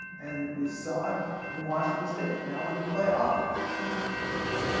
and we saw it in washington state. now we can play ah offense in washington state.